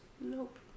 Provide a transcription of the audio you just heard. Nope